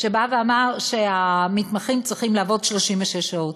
שבא ואמר שהמתמחים צריכים לעבוד 36 שעות.